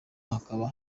hakaba